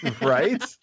right